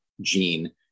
Gene